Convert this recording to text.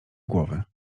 głowy